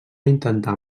intentar